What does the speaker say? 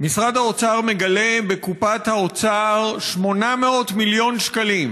משרד האוצר מגלה בקופת האוצר 800 מיליון שקלים,